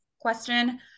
question